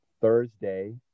Thursday